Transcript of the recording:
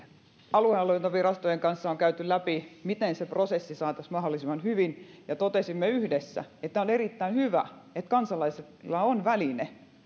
aluehallintovirastojen kanssa on käyty läpi miten se prosessi saataisiin mahdollisimman hyvin toimimaan ja totesimme yhdessä että on erittäin hyvä että kansalaisilla on väline